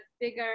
bigger